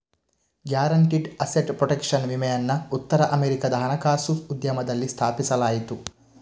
guaranteed asset protection ವಿಮೆಯನ್ನು ಉತ್ತರ ಅಮೆರಿಕಾದ ಹಣಕಾಸು ಉದ್ಯಮದಲ್ಲಿ ಸ್ಥಾಪಿಸಲಾಯಿತು